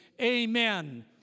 Amen